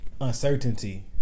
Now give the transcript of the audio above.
Uncertainty